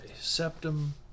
septum